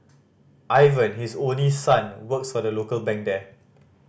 Ivan his only son works for a local bank here